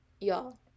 Y'all